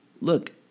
look